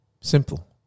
simple